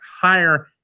higher